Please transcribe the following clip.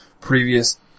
previous